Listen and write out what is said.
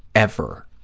ever